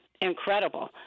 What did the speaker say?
incredible